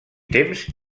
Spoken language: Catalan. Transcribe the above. temps